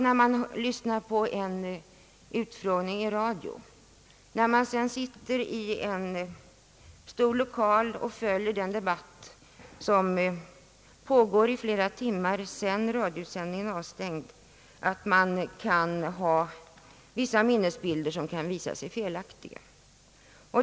När man lyssnar på en utfrågning i radio och sedan sitter kvar i en stor 1olakal och följer debatten i flera timmar efter det att radiosändningen slutat kan minnesbilderna i viss utsträckning bli felaktiga.